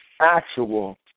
actual